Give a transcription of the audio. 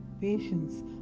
patience